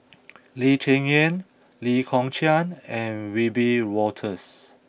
Lee Cheng Yan Lee Kong Chian and Wiebe Wolters